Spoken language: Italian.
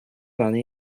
lana